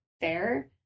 fair